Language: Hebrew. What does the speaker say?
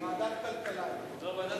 ונעבור לתוצאות: בעד,